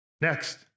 Next